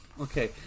Okay